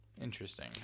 Interesting